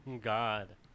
God